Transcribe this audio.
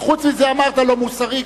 חוץ מזה, אמרת "לא מוסרי".